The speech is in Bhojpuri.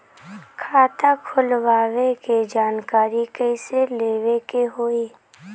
खाता खोलवावे के जानकारी कैसे लेवे के होई?